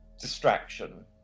distraction